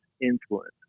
influence